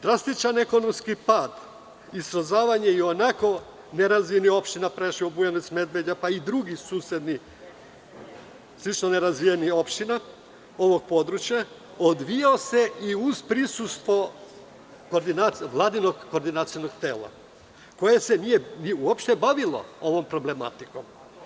Drastičan ekonomski pad i srozavanje i onako nerazvijenih opština Preševo, Bujanovac, Medveđa, pa i drugih susednih slično nerazvijenih opština ovog područja, odvijao se i uz prisustvo vladinog koordinacionog tela, koje se nije uopšte bavilo ovom problematikom.